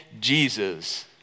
Jesus